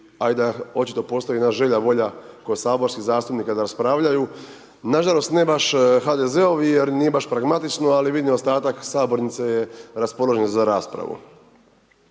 i da očito postoji jedna želja, volja, kod saborskih zastupnika da raspravljaju. Nažalost, ne baš HDZ-ovi, jer nije baš pragmatično, ali vidim ostatak sabornice je raspoložen za raspravu.